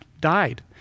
died